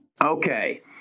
Okay